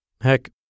Heck